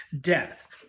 death